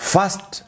First